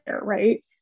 right